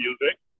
music